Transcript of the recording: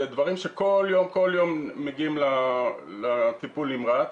זה דברים שכל יום, כל יום, מגיעים לטיפול נמרץ.